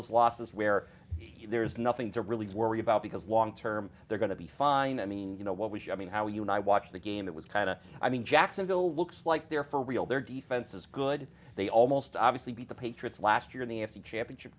those losses where there's nothing to really worry about because long term they're going to be fine i mean you know what we should i mean how you and i watched the game it was kind of i mean jacksonville looks like they're for real their defenses good they almost obviously beat the patriots last year in the a f c championship